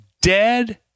dead